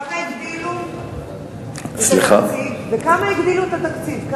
בכמה הגדילו את התקציב?